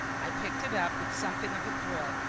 i picked it up with something of a thrill,